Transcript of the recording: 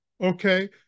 okay